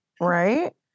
right